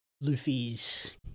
Luffy's